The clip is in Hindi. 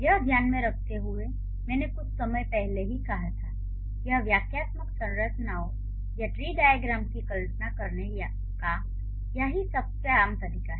यह ध्यान में रखते हुए मैंने कुछ समय पहले ही कहा था यह वाक्यात्मक संरचनाओं या ट्री डाइअग्रैम की कल्पना करने का याही सबसे आम तरीका है